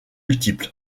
multiple